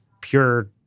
pure